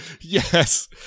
Yes